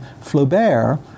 Flaubert